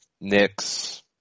Knicks